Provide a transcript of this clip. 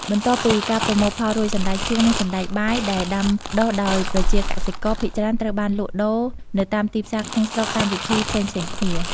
បន្ទាប់ពីការប្រមូលផលរួច សណ្តែកសៀង និងសណ្តែកបាយដែលដាំដុះដោយប្រជាកសិករ ភាគច្រើនត្រូវបានលក់ដូរនៅតាមទីផ្សារក្នុងស្រុកតាមវិធីផ្សេងៗគ្នា។